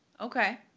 Okay